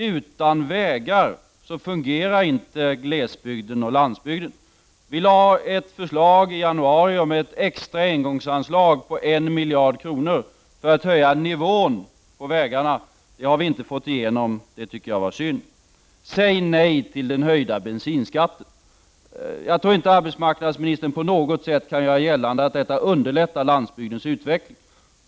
Utan vägar fungerar inte glesbygden och landsbygden. Vi lade i januari fram ett förslag om ett extra engångsanslag på 1 miljard kronor i syfte att höja nivån på vägarna. Det förslaget har vi inte fått igenom; det tycker jag är synd. Säg nej till den höjda bensinskatten. Jag tror inte att arbetsmarknadsministern på något sätt kan göra gällande att en höjning av bensinskatten underlätter landsbygdens utveckling.